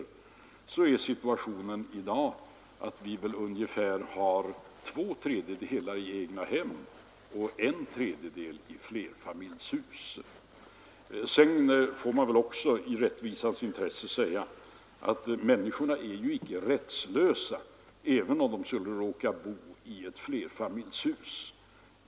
I dag är situationen den att ungefär två tredjedelar består av egnahem och en tredjedel av lägenheter i flerfamiljshus. Sedan får man väl också i rättvisans intresse säga att människorna icke är rättslösa även om de skulle råka bo i flerfamiljshus.